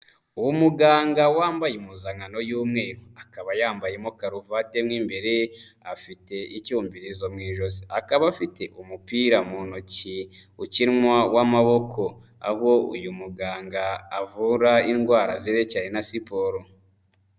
Umuganga wambaye impuzankano y'umweru, akaba yambayemo karuvati mo imbere ye, afite icyumvirizo mu ijosi, akaba afite umupira mu ntoki ukinwa w'amaboko, aho uyu muganga avura indwara zererekeranye na siporo.